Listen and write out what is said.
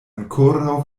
ankoraŭ